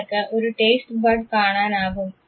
നിങ്ങൾക്ക് ഒരു taste bud കാണാനാകും